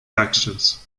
actions